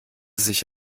sich